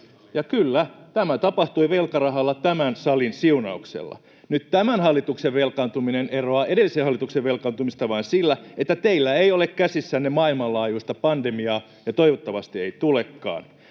kyllä, tämä tapahtui velkarahalla tämän salin siunauksella. Nyt tämän hallituksen velkaantuminen eroaa edellisen hallituksen velkaantumisesta vain sillä, että teillä ei ole käsissänne maailmanlaajuista pandemiaa, ja toivottavasti ei tulekaan.